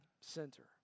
center